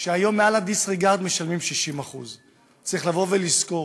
שהיום מעל ה-disregard משלמים 60%. צריך לבוא ולזכור